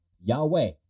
Yahweh